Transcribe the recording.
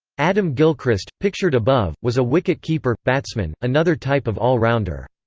adam gilchrist, pictured above, was a wicket-keeper batsman, another type of all-rounder.